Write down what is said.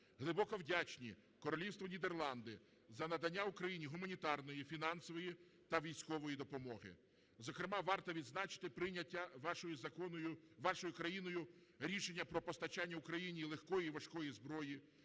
Глибоко вдячні Королівству Нідерланди за надання Україні гуманітарної, фінансової та військової допомоги. Зокрема, варто відзначити прийняття вашою країною рішення про постачання Україні легкої і важкої зброї,